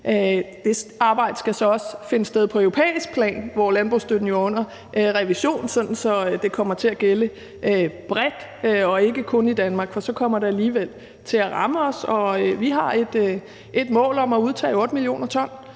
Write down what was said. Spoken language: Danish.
Det arbejde skal så også finde sted på europæisk plan, hvor landbrugsstøtten jo er under revision, sådan at det kommer til at gælde bredt og ikke kun i Danmark, for ellers kommer det til at ramme os. Vi har et mål om at reducere med 8 mio. t,